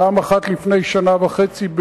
פעם אחת לפני שנה וחצי,